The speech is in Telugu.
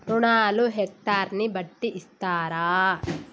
రుణాలు హెక్టర్ ని బట్టి ఇస్తారా?